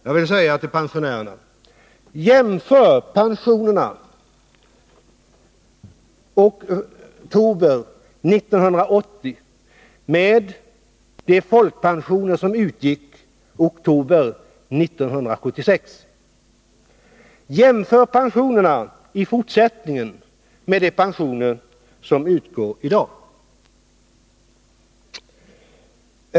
Jag vill säga till pensionärerna: Jämför pensionerna i oktober 1980 med de folkpensioner som utgick i oktober 1976. Jämför pensionerna i fortsättningen med de pensioner som utgår i dag.